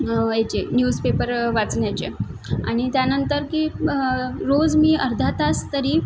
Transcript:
याचे न्यूजपेपर वाचण्याचे आणि त्यानंतर की रोज मी अर्धा तास तरी